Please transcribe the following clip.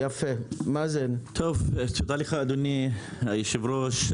תודה לך, אדוני היושב-ראש.